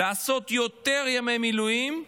לעשות יותר ימי מילואים,